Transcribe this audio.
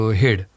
head